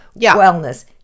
wellness